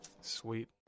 Sweet